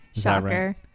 Shocker